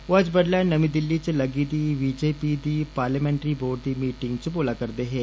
ओह अज्ज बड्डलै नमीं दिल्ल च लग्गी दी बी जे पी दी पार्लीमैन्टरी बोर्ड दी मीटिंग च बोला करदे हे